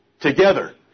together